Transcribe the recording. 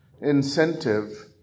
incentive